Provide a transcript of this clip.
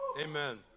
Amen